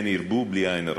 כן ירבו, בלי עין הרע.